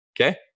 okay